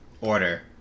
order